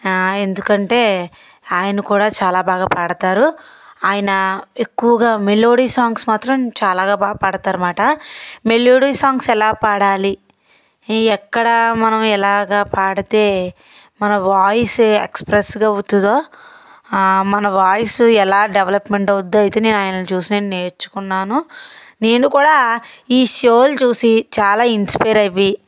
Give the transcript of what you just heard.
ఎందుకంటే ఆయన కూడా చాలా బాగా పాడతారు ఆయన ఎక్కువగా మెలోడీ సాంగ్స్ మాత్రం చాలా బాగా పాడుతారన్నమాట మెలోడీ సాంగ్స్ ఎలా పాడాలి ఎక్కడ మనం ఎలాగ పాడితే మన వాయిస్ ఎక్స్ప్రెస్గా అవుతుందో మన వాయిస్ ఎలా డెవలప్మెంట్ అవుద్దో అయితే నేను ఆయనను చూసి నేను నేర్చుకున్నాను నేను కూడా ఈ షోలు చూసి చాలా ఇన్స్పైర్ అయిపోయి